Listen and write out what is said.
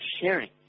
sharing